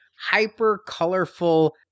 hyper-colorful